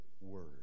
Word